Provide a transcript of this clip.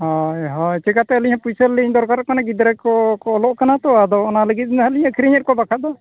ᱦᱚᱭ ᱦᱚᱭ ᱪᱮᱠᱟᱛᱮ ᱟᱹᱞᱤᱧᱦᱚᱸ ᱯᱩᱭᱥᱟᱹᱞᱤᱧ ᱫᱚᱨᱠᱟᱨᱚᱜ ᱠᱟᱱᱟ ᱜᱤᱫᱽᱨᱟᱹᱠᱚᱠᱚ ᱚᱞᱚᱜ ᱠᱟᱱᱟᱛᱚ ᱟᱫᱚ ᱚᱱᱟ ᱞᱟᱹᱜᱤᱫ ᱱᱟᱦᱟᱜᱞᱤᱧ ᱟᱹᱠᱷᱨᱤᱧᱮᱫ ᱠᱚᱣᱟ ᱵᱟᱠᱷᱟᱱ ᱫᱚ